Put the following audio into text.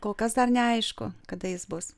kol kas dar neaišku kada jis bus